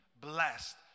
blessed